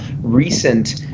recent